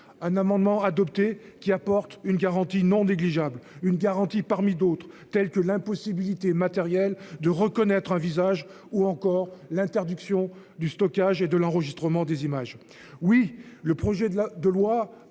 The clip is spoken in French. Un amendement adopté qui apporte une garantie non négligeable. Une garantie parmi d'autres, tels que l'impossibilité matérielle de reconnaître un visage ou encore l'interdiction du stockage et de l'enregistrement des images. Oui, le projet de la